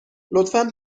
لطفا